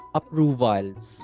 approvals